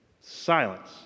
Silence